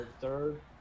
third